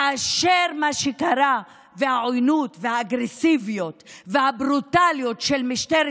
כאשר מה שקרה והעוינות והאגרסיביות והברוטליות של משטרת